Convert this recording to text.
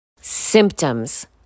Symptoms